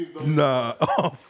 Nah